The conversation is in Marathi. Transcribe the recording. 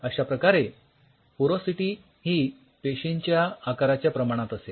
अश्या प्रकारे पोरॉसिटी ही पेशींच्या आकाराच्या प्रमाणात असेल